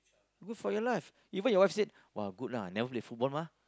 good for your life even your wife said !wah! good lah never play football mah